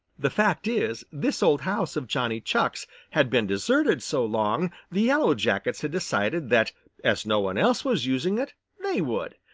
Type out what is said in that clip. the fact is, this old house of johnny chuck's had been deserted so long the yellow jackets had decided that as no one else was using it, they would,